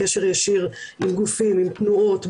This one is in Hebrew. קשר ישיר עם גופים עם תנועות,